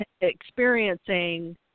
experiencing